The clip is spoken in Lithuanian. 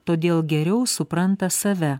todėl geriau supranta save